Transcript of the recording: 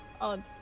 odd